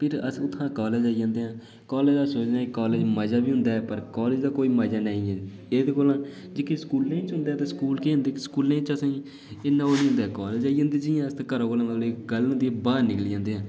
फ्ही अस उत्थै कालेज आई जन्नेआं कालेज मजा बी होंदा पर कालेज दा कोई मजा नेई ऐ एह्दे कोला जेह्के स्कूलें च औंदा स्कूल केह् न स्कूलें च असेंगी इन्ना ओह् नेई होंदा ऐ कालेज आई दे जि'यां आस्तै घरा कोला बाहर निकली आंदे ऐ न